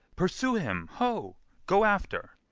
pursue him, ho go after.